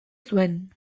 zuen